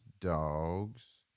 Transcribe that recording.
dogs